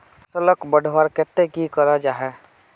फसलोक बढ़वार केते की करा जाहा?